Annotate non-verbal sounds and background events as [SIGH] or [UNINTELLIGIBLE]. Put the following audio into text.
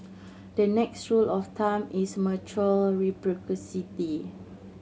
the next rule of thumb is mutual [UNINTELLIGIBLE]